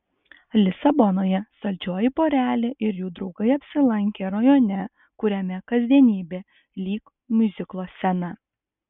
lisabonoje saldžioji porelė ir jų draugai apsilankė rajone kuriame kasdienybė lyg miuziklo scena